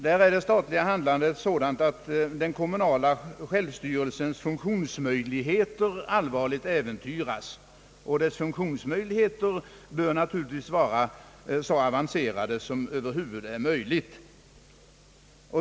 Där är det statliga handlandet sådant att den kommunala självstyrelsens funktionsmöjligheter allvarligt äventyras, och dess funktionsmöjligheter bör naturligtvis vara så avancerade som över huvud taget är möjligt.